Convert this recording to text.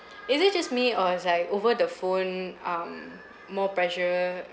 is it just me or it's like over the phone um more pressure